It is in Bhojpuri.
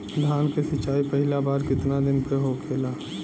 धान के सिचाई पहिला बार कितना दिन पे होखेला?